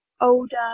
older